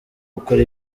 gukora